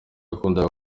akunda